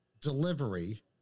delivery